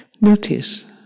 Notice